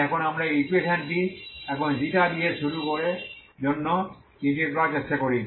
তাই এখন আমরা এই ইকুয়েশন টি এখন দিয়ে শুরু করার জন্য ইন্টিগ্রেট করার চেষ্টা করি